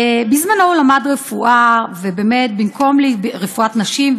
בזמנו הוא למד רפואת נשים,